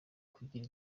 kugira